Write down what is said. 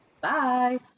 bye